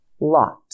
Lot